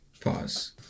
Pause